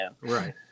Right